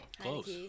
Close